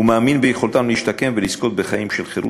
ומאמין ביכולתם להשתקם ולזכות בחיים של חירות,